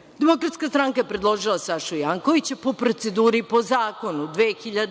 državi. Demokratska stranka je predložila Sašu Jankovića, po proceduru i po zakonu, 2007.